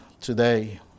today